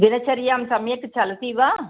दिनचर्या सम्यक् चलति वा